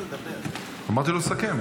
אמרתי לו לסכם.